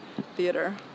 theater